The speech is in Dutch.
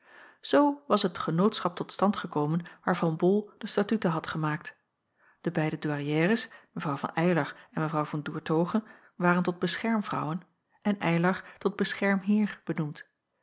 zoo was het genootschap tot stand gekomen waarvan bol de statuten had gemaakt de beide douairières mw van eylar en mw van doertoghe waren tot beschermvrouwen en eylar tot beschermheer benoemd